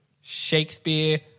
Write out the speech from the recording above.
Shakespeare